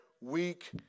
weak